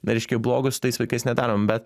reiškia blogo su tais vaikais nedarom bet